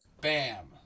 Bam